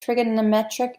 trigonometric